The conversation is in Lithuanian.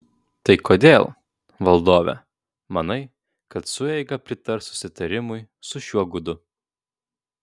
tai kodėl valdove manai kad sueiga pritars susitarimui su šiuo gudu